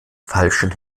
falschen